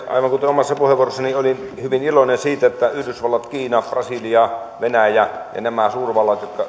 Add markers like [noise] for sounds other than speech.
[unintelligible] aivan kuten omassa puheenvuorossani totesin olen hyvin iloinen siitä että yhdysvallat kiina brasilia venäjä intia nämä suurvallat